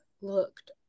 looked